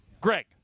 Greg